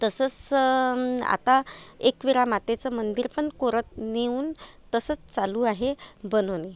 तसंच से आता एकवीरा मातेचं मंदिर पण कोरत नेऊन तसंच चालू आहे बनवणे